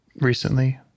recently